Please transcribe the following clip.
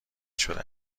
شده